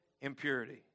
impurity